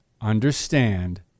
Understand